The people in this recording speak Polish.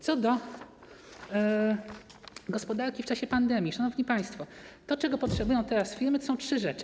Co do gospodarki w czasie pandemii, szanowni państwo, to, czego potrzebują teraz firmy, to są trzy rzeczy.